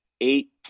eight